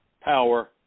power